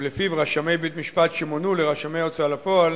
ולפיו רשמי בית-משפט שמונו לרשמי הוצאה לפועל